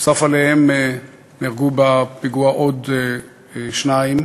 נוסף עליהם נהרגו בפיגוע עוד שניים,